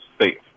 safe